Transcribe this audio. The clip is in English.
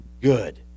good